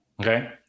okay